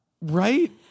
right